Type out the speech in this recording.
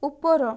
ଉପର